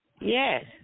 Yes